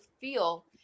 feel